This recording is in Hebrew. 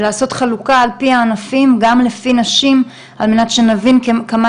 ולעשות חלוקה על פי הענפים גם לפי נשים על מנת שנבין כמה